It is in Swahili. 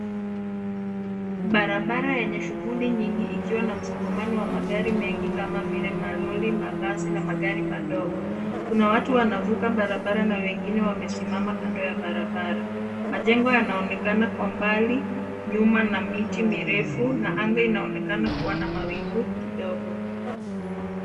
Barabara yenye shughuli nyingi ikiwa na msongamano wa magari mengi kama vile malori, mabasi na magari madogo. Kuna watu wanavuka barabara na wengine wamesimama kando ya barabara. Majengo yanaonekana kwa mbali nyuma na miti mirefu, na anga inaonekana kuwa na mawingu kidogo.